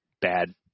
bad